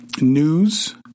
news